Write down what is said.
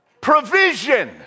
provision